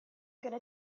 gonna